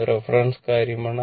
ഇത് റഫറൻസ് കാര്യമാണ്